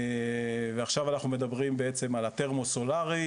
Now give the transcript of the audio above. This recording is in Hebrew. ועכשיו אנחנו מדברים בעצם על תרמו סולארי,